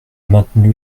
maintenu